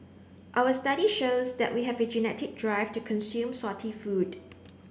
our study shows that we have a genetic drive to consume salty food